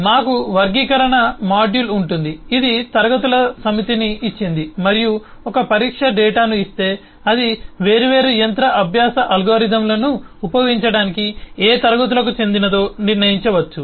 మాకు వర్గీకరణ మాడ్యూల్ ఉంటుంది ఇది క్లాస్ ల సమితిని ఇచ్చింది మరియు ఒక పరీక్ష డేటాను ఇస్తే అది వేర్వేరు యంత్ర అభ్యాస అల్గోరిథంలను ఉపయోగించటానికి ఏ క్లాస్ లకు చెందినదో నిర్ణయించవచ్చు